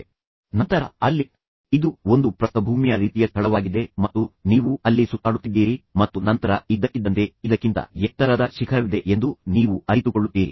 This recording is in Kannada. ಆದ್ದರಿಂದ ನೀವು ಏರಿದಿರಿ ನೀವು ಶಿಖರವನ್ನು ತಲುಪಿದ್ದೀರಿ ಮತ್ತು ಶಿಖರವನ್ನು ತಲುಪಿದ ನಂತರ ಅಲ್ಲಿ ಇದು ಒಂದು ಪ್ರಸ್ಥಭೂಮಿಯ ರೀತಿಯ ಸ್ಥಳವಾಗಿದೆ ಮತ್ತು ನೀವು ಅಲ್ಲಿ ಸುತ್ತಾಡುತ್ತಿದ್ದೀರಿ ಮತ್ತು ನಂತರ ಇದ್ದಕ್ಕಿದ್ದಂತೆ ಇದಕ್ಕಿಂತ ಎತ್ತರದ ಶಿಖರವಿದೆ ಎಂದು ನೀವು ಅರಿತುಕೊಳ್ಳುತ್ತೀರಿ